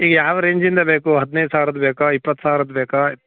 ಈಗ ಯಾವ ರೇಂಜಿಂದು ಬೇಕು ಹದಿನೈದು ಸಾವಿರದ್ ಬೇಕೋ ಇಪ್ಪತ್ತು ಸಾವಿರದ್ ಬೇಕೋ